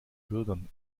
bürgern